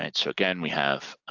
and so again we have